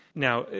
now,